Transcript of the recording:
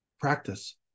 practice